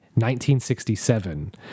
1967